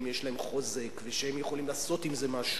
יש להם חוזק והם יכולים לעשות עם זה משהו,